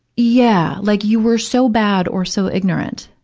yeah. like you were so bad or so ignorant,